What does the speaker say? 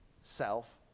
Self